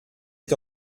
est